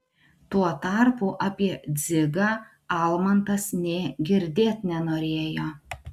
tuo tarpu apie dzigą almantas nė girdėt nenorėjo